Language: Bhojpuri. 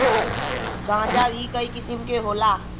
गांजा भीं कई किसिम के होला